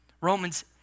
Romans